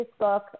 Facebook